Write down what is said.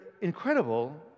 incredible